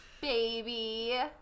Baby